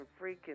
freaking